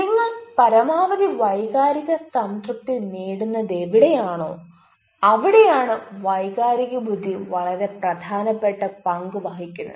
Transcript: നിങ്ങൾ പരമാവധി വൈകാരിക സംതൃപ്തി നേടുന്നതെവിടെയാണോ അവിടെയാണ് വൈകാരിക ബുദ്ധി വളരെ പ്രധാനപ്പെട്ട പങ്ക് വഹിക്കുന്നത്